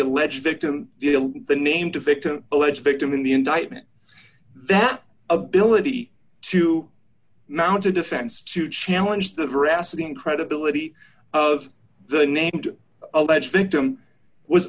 alleged victim the name to victim alleged victim in the indictment that ability to mount a defense to challenge the ferocity in credibility of the named alleged victim was